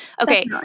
Okay